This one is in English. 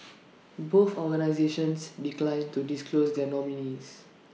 both organisations declined to disclose their nominees